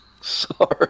Sorry